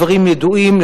הדברים ידועים,